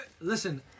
Listen